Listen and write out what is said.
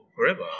forever